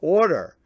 order